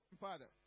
father